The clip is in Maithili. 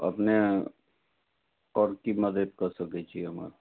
अपने आओर की मदद कऽ सकैत छी हमर